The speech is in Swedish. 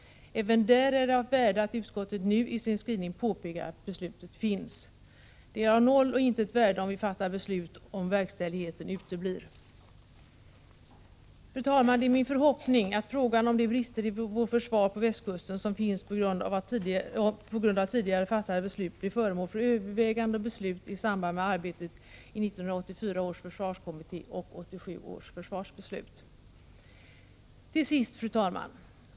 Även där är det av värde att utskottet nu i sin skrivning påpekar att beslutet finns. Det är av noll och intet värde att vi fattar beslut om verkställigheten uteblir. Fru talman! Det är min förhoppning att frågan om de brister i vårt försvar på västkusten som finns på grund av tidigare fattade beslut blir föremål för övervägande och beslut i samband med arbetet i 1984 års försvarskommitté och i samband med 1987 års försvarsbeslut. Till sist, fru talman!